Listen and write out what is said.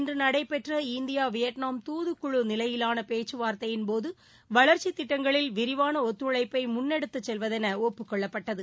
இன்று நடைபெற்ற இந்தியா ஹனோவில் நிலையிலான துகுக்குழு பேச்சவார்த்தையின்போது வளர்ச்சித் திட்டங்களில் விரிவான ஒத்துழைப்பை முன்னெடுத்துச் செல்வதென ஒப்புக் கொள்ளப்பட்டது